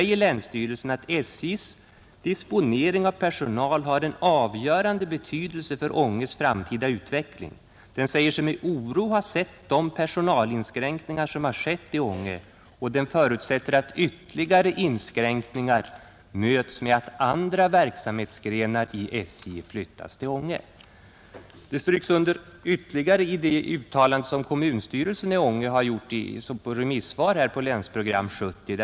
Länstyrelsen säger där att SJ:s disponering av personal har en avgörande betydelse för Ånges framtida utveckling. Den säger sig med oro ha sett de personalinskränkningar som har skett i Ånge och förutsätter att ytterligare inskränkningar möts med att andra verksamhetsgrenar i SJ flyttas till Ånge. Detta stryks under ytterligare i det uttalande som kommunstyrelsen i Ånge har gjort som remissvar på Länsprogram 70.